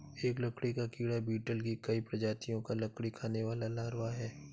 एक लकड़ी का कीड़ा बीटल की कई प्रजातियों का लकड़ी खाने वाला लार्वा है